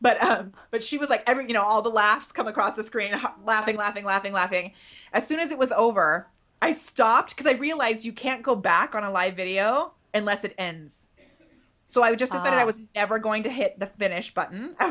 but but she was like every you know all the laughs come across the screen laughing laughing laughing laughing as soon as it was over i stopped because i realize you can't go back on a live video unless it ends so i just knew that i was ever going to hit the finish button i